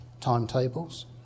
timetables